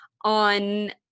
on